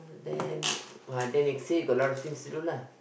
then but then they say they got a lot of things to do lah